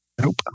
Nope